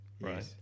right